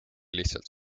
lihtsalt